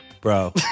Bro